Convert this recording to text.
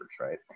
right